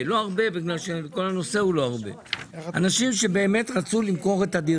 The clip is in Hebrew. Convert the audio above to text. ובזה נסיים את הסט של המחנה הממלכתי.